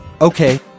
Okay